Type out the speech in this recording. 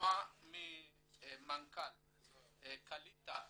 לשמוע ממנכ"ל קעליטה